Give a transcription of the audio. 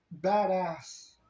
badass